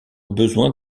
besoin